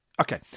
Okay